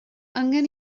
angen